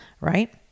right